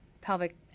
pelvic